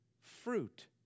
fruit